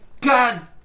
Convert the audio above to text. god